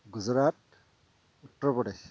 Gujarat Uttar Pradesh